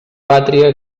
pàtria